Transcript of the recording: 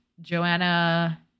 Joanna